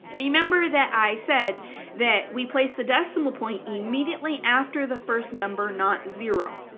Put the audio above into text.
remember that i said that we place the decimal point immediately after the first number not zero.